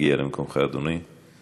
תגיע למקומך, אדוני.